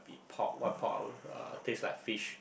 pork one part would uh taste like fish